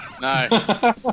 No